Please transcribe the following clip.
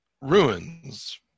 ruins